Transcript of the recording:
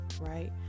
Right